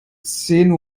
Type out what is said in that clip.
zehn